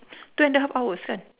two and the half hours kan